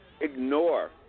ignore